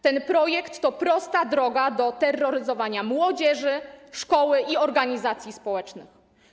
Ten projekt to prosta droga do terroryzowania młodzieży, szkoły i organizacji społecznych.